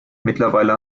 mittlerweile